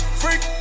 freak